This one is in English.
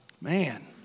Man